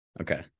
Okay